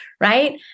Right